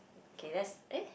okay that's eh